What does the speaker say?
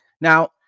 Now